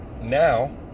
now